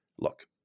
Look